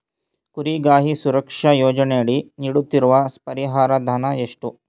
ಕುರಿಗಾಹಿ ಸುರಕ್ಷಾ ಯೋಜನೆಯಡಿ ನೀಡುತ್ತಿರುವ ಪರಿಹಾರ ಧನ ಎಷ್ಟು?